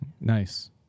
Nice